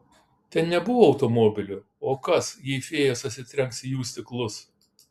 ten nebuvo automobilių o kas jei fėjos atsitrenks į jų stiklus